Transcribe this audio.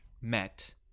met